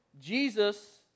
Jesus